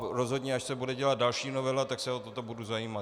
Rozhodně až se bude dělat další novela, tak se o toto budu zajímat.